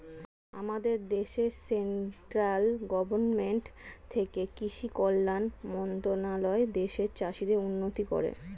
আমাদের দেশে central government থেকে কৃষি কল্যাণ মন্ত্রণালয় দেশের চাষীদের উন্নতি করে